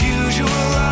usual